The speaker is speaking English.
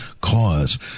cause